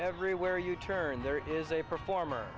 everywhere you turn there is a performer